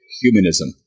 humanism